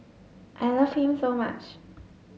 I love him so much